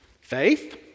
Faith